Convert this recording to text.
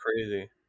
crazy